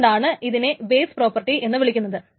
അതുകൊണ്ടാണ് ഇതിനെ base property എന്ന് വിളിക്കുന്നത്